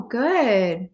good